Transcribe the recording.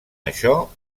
això